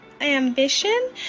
ambition